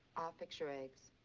fix your eggs.